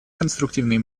конструктивные